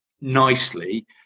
nicely